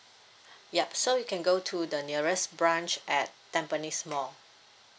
yup so you can go to the nearest branch at tampines mall